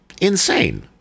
insane